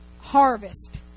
harvest